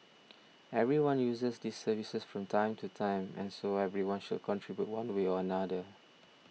everyone uses these services from time to time and so everyone should contribute one way or another